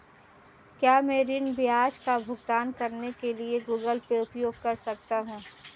क्या मैं ऋण ब्याज का भुगतान करने के लिए गूगल पे उपयोग कर सकता हूं?